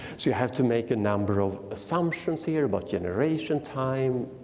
so you have to make a number of assumptions here about generation time,